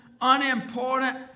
unimportant